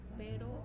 pero